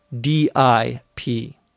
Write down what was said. D-I-P